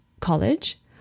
college